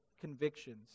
convictions